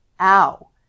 ow